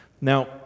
Now